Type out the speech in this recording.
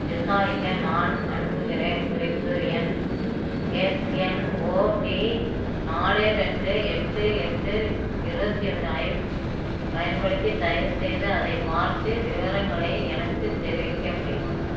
விசாரிக்க நான் அனுப்புகிறேன் குறிப்பு எண் எஸ்என்ஓடி நாலு ரெண்டு எட்டு எட்டு இருபத்தி ஒன்று ஐஃப் பயன்படுத்தி தயவுசெய்து அதைப் பார்த்து விவரங்களை எனக்குத் தெரிவிக்க முடியுமா